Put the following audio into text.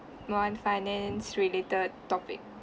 one finance related topic